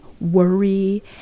worry